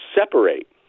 separate